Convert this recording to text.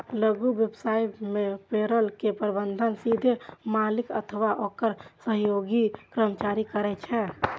लघु व्यवसाय मे पेरोल के प्रबंधन सीधे मालिक अथवा ओकर सहयोगी कर्मचारी करै छै